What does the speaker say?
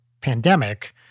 pandemic